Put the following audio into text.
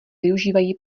využívají